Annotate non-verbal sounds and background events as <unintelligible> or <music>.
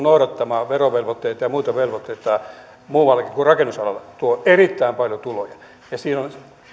<unintelligible> noudattamaan verovelvoitteita ja ja muita velvoitteita muuallakin kuin rakennusalalla se tuo erittäin paljon tuloja siinä on